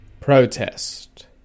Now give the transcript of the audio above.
Protest